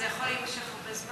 וזה יכול להימשך הרבה זמן.